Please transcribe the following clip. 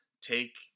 take